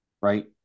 right